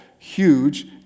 huge